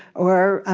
or